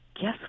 guess